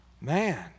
Man